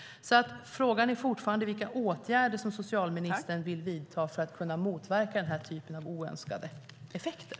Frågan är fortfarande vilka åtgärder som socialministern vill vidta för att motverka den här typen av oönskade effekter.